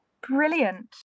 Brilliant